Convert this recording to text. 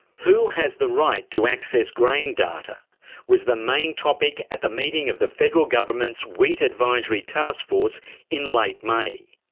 who has the right to access grain data was the main topic at the meeting of the federal government's wheat advisory taskforce in late may.